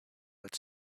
its